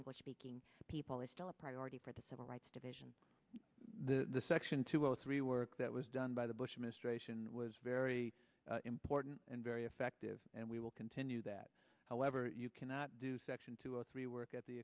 english speaking people is still a priority for the civil rights division the section two or three work that was done by the bush administration was very important and very effective and we will continue that however you cannot do section two or three work at the